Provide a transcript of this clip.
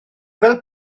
fel